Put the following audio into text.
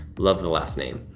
love the last name.